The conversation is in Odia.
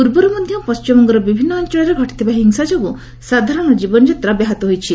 ପୂର୍ବରୁ ମଧ୍ୟ ପଣ୍ଟିମବଙ୍ଗର ବିଭିନ୍ନ ଅଞ୍ଚଳରେ ଘଟିଥିବା ହିଂସା ଯୋଗୁଁ ସାଧାରଣ ଜୀବନଯାତ୍ରା ବ୍ୟାହତ ହୋଇଛି